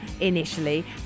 initially